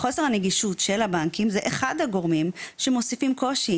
חוסר הנגישות של הבנקים זה אחד הגורמים שמוסיפים קושי